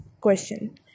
question